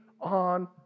on